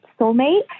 soulmate